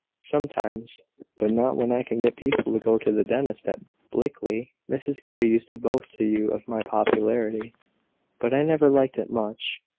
sometimes but not when i can get people to go to the dentist at blickley. mrs grey used to boast to you of my popularity but i never liked it much.